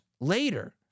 later